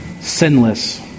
sinless